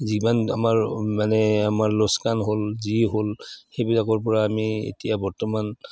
যিমান আমাৰ মানে আমাৰ লোকচান হ'ল যি হ'ল সেইবিলাকৰ পৰা আমি এতিয়া বৰ্তমান